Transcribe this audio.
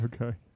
Okay